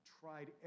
tried